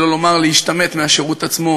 שלא לומר להשתמט מהשירות עצמו,